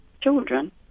children